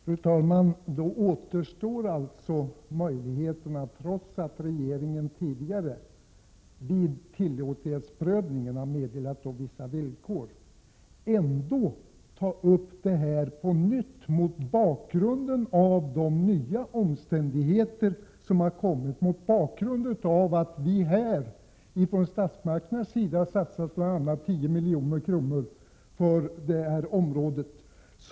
Fru talman! Då återstår möjligheten, trots att regeringen tidigare vid tillåtlighetsprövningen har meddelat vissa villkor, att på nytt ta upp ärendet till behandling mot bakgrund av de nya omständigheter som har kommit fram 45 och mot bakgrund av att statsmakterna har satsat 10 milj.kr. i området.